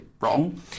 wrong